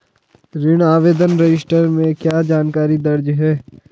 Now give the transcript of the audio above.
ऋण आवेदन रजिस्टर में क्या जानकारी दर्ज है?